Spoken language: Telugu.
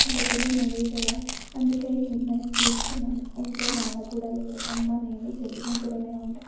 చెల్లి పెళ్ళి నేనే చేయాలి అందుకే ఈ నిర్ణయం తీసుకున్నాను ఇంట్లో నాన్న కూడా లేడు అమ్మ నేను చెల్లి ముగ్గురుమే ఉంటాం